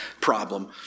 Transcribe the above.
problem